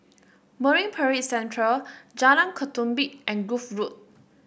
Marine Parade Central Jalan Ketumbit and Grove Road